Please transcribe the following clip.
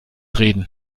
reden